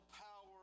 power